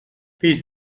peix